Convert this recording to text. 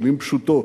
מלים פשוטות,